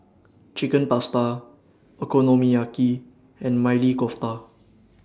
Chicken Pasta Okonomiyaki and Maili Kofta